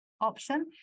option